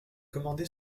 commandé